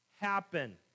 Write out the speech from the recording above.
happen